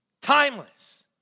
Timeless